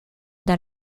dans